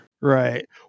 right